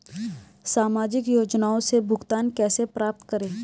सामाजिक योजनाओं से भुगतान कैसे प्राप्त करें?